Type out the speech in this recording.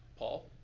paul?